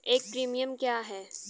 एक प्रीमियम क्या है?